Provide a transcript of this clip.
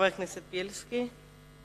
חבר הכנסת זאב בילסקי.